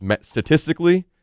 statistically